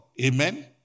Amen